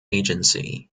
agency